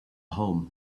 home